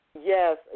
Yes